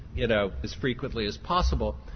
you know as frequently as possible,